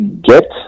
Get